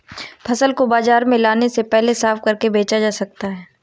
फसल को बाजार में लाने से पहले साफ करके बेचा जा सकता है?